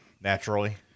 naturally